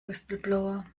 whistleblower